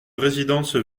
résidence